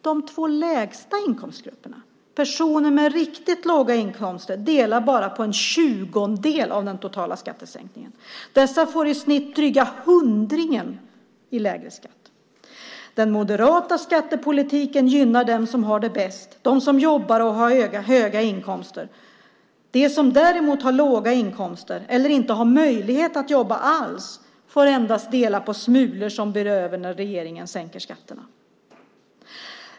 De två lägsta inkomstgrupperna, personer med riktigt låga inkomster, delar på bara en tjugondel av den totala skattesänkningen. Dessa får i snitt dryga hundringen i lägre skatt. Den moderata skattepolitiken gynnar dem som har det bäst, dem som jobbar och har höga inkomster. De som däremot har låga inkomster eller inte har möjlighet att jobba alls får endast dela på de smulor som blir över när regeringen sänker skatterna.